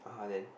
(uh huh) then